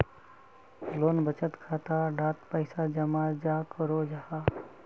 लोग बचत खाता डात पैसा जमा चाँ करो जाहा?